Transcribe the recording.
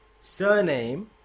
Surname